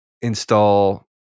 install